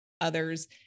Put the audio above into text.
others